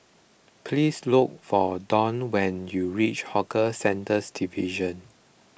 please look for Don when you reach Hawker Centres Division